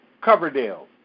Coverdale